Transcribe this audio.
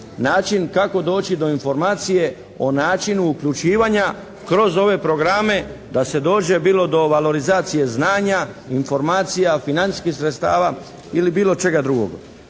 način kako doći do informacije o načinu uključivanja kroz ove programe da se dođe bilo do valorizacije znanja, informacija, financijskih sredstava ili bilo čega drugoga.